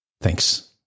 Thanks